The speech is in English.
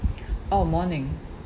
oh morning